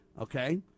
Okay